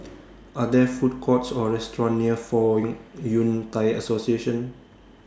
Are There Food Courts Or restaurants near Fong Yun Thai Association